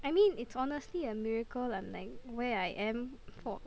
I mean it's honestly a miracle on like where I am for